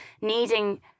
needing